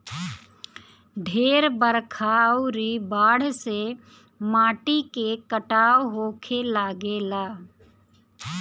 ढेर बरखा अउरी बाढ़ से माटी के कटाव होखे लागेला